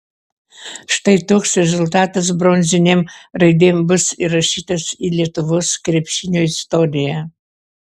štai toks rezultatas bronzinėm raidėm bus įrašytas į lietuvos krepšinio istoriją